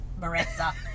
Marissa